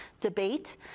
debate